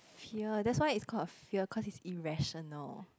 fear that's why it's called a fear called its irrational